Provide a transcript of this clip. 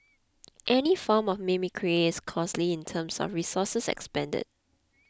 any form of mimicry is costly in terms of resources expended